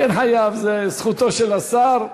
כן חייב, זו זכותו של השר.